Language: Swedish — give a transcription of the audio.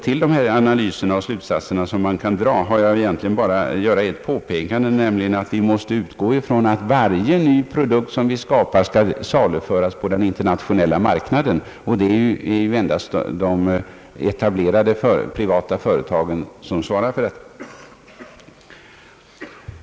Till de analyser och slutsatser man kan dra vill jag egentligen bara göra ett påpekande, nämligen att vi måste utgå ifrån att varje ny produkt som vi skapar skall saluföras på den internationella marknaden, och det är ju endast de etablerade privata företagen som svarar för detta.